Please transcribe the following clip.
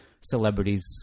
celebrities